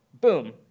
boom